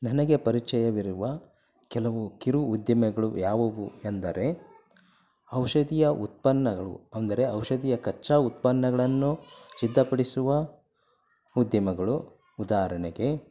ನನಗೆ ಪರಿಚಯವಿರುವ ಕೆಲವು ಕಿರು ಉದ್ದಿಮೆಗಳು ಯಾವುವು ಎಂದರೆ ಔಷಧಿಯ ಉತ್ಪನ್ನಗಳು ಅಂದರೆ ಔಷಧಿಯ ಕಚ್ಚಾ ಉತ್ಪನ್ನಗಳನ್ನು ಸಿದ್ಧಪಡಿಸುವ ಉದ್ಯಮಗಳು ಉದಾಹರಣೆಗೆ